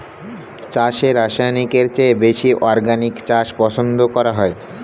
চাষে রাসায়নিকের থেকে বেশি অর্গানিক চাষ পছন্দ করা হয়